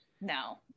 no